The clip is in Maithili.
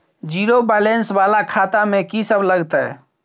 जीरो बैलेंस वाला खाता में की सब लगतै?